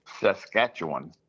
Saskatchewan